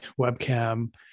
webcam